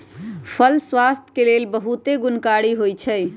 फल स्वास्थ्य के लेल बहुते गुणकारी होइ छइ